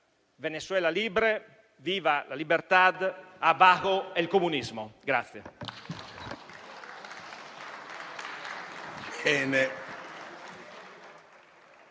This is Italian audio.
Venezuela libre, viva la libertad, abajo el comunismo*.